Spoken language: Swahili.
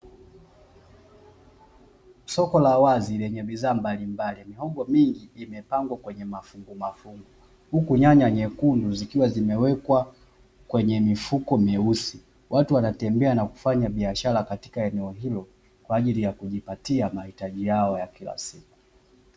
Soko la wazi lenye bidhaa mbalimbali mihogo mingi imepangwa kwenye mafungu mafungu, huku nyanya nyekundu zikiwa zimewekwa kwenye mifuko meusi, watu wanatembea na kufanya biashara katika eneo hilo kwa ajili ya kujipatia mahitaji yao ya kila siku.